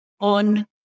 on